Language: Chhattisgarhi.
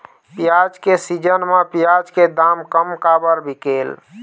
प्याज के सीजन म प्याज के दाम कम काबर बिकेल?